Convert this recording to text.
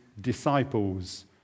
disciples